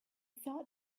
thought